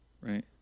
right